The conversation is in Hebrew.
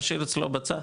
משאיר אצלו בצד,